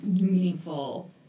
meaningful